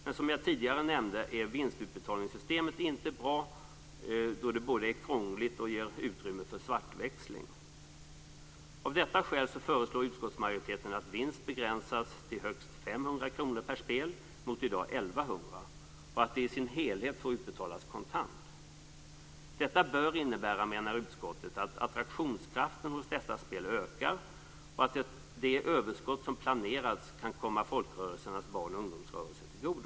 Men som jag tidigare nämnde är vinstutbetalningssystemet inte bra, då det både är krångligt och ger utrymme för svartväxling. Av detta skäl föreslår utskottsmajoriteten att vinst begränsas till högst 500 kr per spel mot i dag 1 100 kr och att det i sin helhet får utbetalas kontant. Detta bör innebära, menar utskottet, att attraktionskraften hos dessa spel ökar och att det överskott som planerats kan komma folkrörelsernas barnoch ungdomsrörelser till godo.